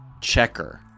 checker